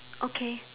okay